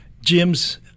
Jim's